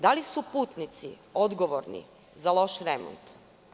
Da li su putnici odgovorni za loš remont?